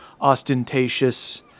ostentatious